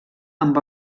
amb